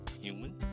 human